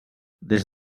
des